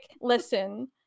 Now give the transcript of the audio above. listen